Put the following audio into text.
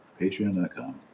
Patreon.com